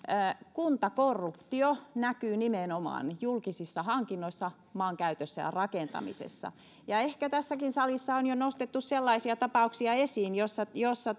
kuntakorruptio näkyy nimenomaan julkisissa hankinnoissa maankäytössä ja rakentamisessa ehkä tässäkin salissa on jo nostettu sellaisia tapauksia esiin joissa